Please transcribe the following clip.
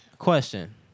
Question